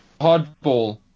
Hardball